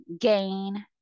gain